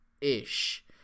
ish